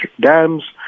dams